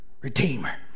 Redeemer